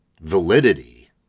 validity